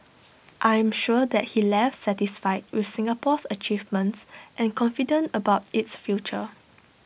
I am sure that he left satisfied with Singapore's achievements and confident about its future